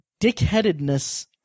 dickheadedness